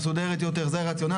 וסעיף (21) זה גוף נותן הכשר,